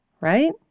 right